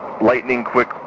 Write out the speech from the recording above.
lightning-quick